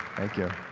thank you.